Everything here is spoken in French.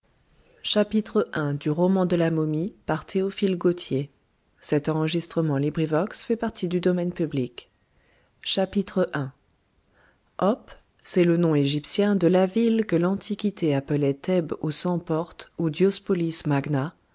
diospolis oph c'est le nom égyptien de la ville que l'antiquité appelait thèbes aux cent portes ou diospolis